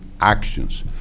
actions